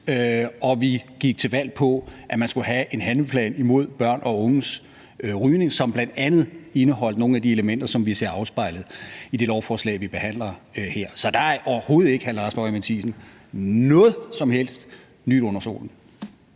og vi gik til valg på, at man skulle have en handleplan mod børn og unges rygning, som bl.a. indeholdt nogle af de elementer, som vi ser afspejlet i det lovforslag, vi behandler her. Så der er overhovedet ikke noget som helst nyt under solen,